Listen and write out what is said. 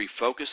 refocus